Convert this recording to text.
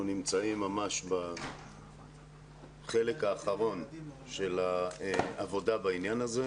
אנחנו נמצאים ממש בחלק האחרון של העבודה בעניין הזה.